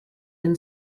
been